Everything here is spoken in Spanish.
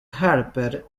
harper